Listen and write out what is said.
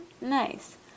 Nice